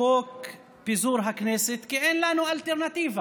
חוק פיזור הכנסת, כי אין לנו אלטרנטיבה,